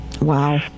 wow